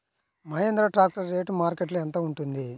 Mahindra tractor rate మార్కెట్లో యెంత ఉంటుంది?